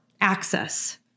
access